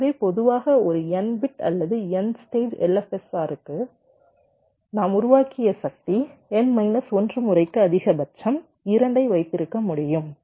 எனவே பொதுவாக ஒரு n பிட் அல்லது என் ஸ்டேஜ் LFSRக்கு நாம் உருவாக்கிய சக்தி n மைனஸ் 1 முறைக்கு அதிகபட்சம் 2 ஐ வைத்திருக்க முடியும்